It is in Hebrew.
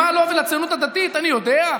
מה לו ולציונות הדתית, אני יודע?